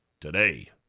today